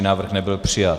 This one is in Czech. Návrh nebyl přijat.